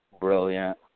brilliant